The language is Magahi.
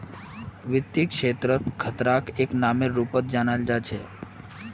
वित्त क्षेत्रत खतराक एक नामेर रूपत जाना जा छे